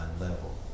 level